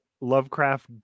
lovecraft